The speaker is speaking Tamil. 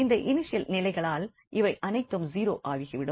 இந்த இனிஷியல் நிலைகளால் இவை அனைத்தும் 0 ஆகிவிடும்